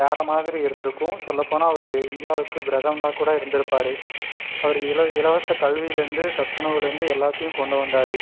வேற மாதிரி இருந்திருக்கும் சொல்லப்போனால் அவர் இந்தியாவுக்கு பிரதமராக கூட இருந்திருப்பாரு அவர் இல இலவசக் கல்விலேருந்து சத்துணவுலேருந்து எல்லாத்தையும் கொண்டு வந்தார்